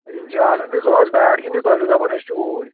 یِم چھِ آسان تیٚلہِ دۅہَس بیٚٹ گِنٛدنہِ تہٕ چھِوٕ دَپان أسۍ چھِ اوٗرۍ